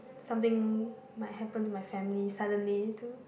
something might happen to my family suddenly too